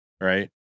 right